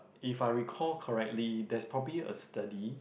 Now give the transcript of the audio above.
if I recall correctly there's probably a study